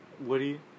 Woody